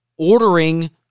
ordering